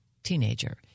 Teenager